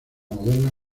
moderna